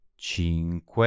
cinque